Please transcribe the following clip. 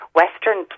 western